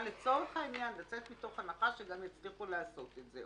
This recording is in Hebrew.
לצורך העניין אני מוכנה לצאת מתוך הנחה שגם יצליחו לעשות את זה,